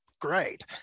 great